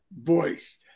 voice